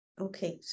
Okay